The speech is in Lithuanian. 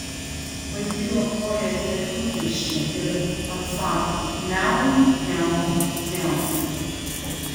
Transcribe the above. vaikai ropoja keturpėsčia ir atsako miau miau miau